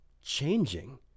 changing